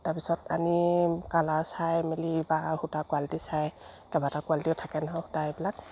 তাৰপিছত আনি কালাৰ চাই মেলি বা সূতা কোৱালিটি চাই কেইবাটাও কোৱালিটিৰ থাকে নহয় সূতা এইবিলাক